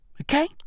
Okay